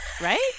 right